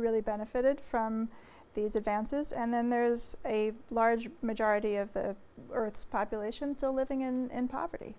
really benefited from these advances and then there is a large majority of the earth's population still living in poverty